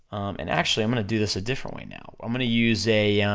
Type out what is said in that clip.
and actually i'm gonna do this a different way now, i'm gonna use a,